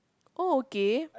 oh okay